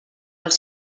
els